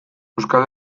euskal